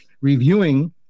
reviewing